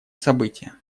события